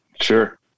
Sure